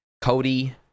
Cody